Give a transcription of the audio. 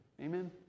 Amen